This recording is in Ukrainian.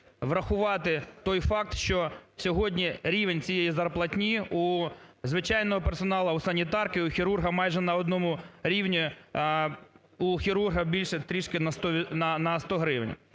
врахувати той факт, що сьогодні рівень цієї зарплатні у звичайного персоналу, у санітарки, у хірурга майже на одному рівні. У хірурга більше трішки на 100 гривень.